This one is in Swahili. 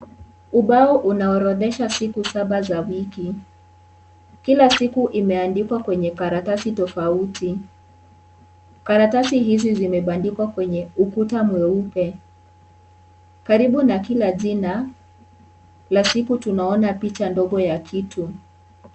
Ubao unaorodhesha siku saba za wiki. Kila siku imeandikwa kwenye karatasi tofauti. Karatasi hizi zimebandikwa kwenye ukuta mweupe. Karibu na kila jina la siku tunaona picha ndogo ya kitu.